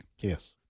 Yes